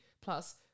plus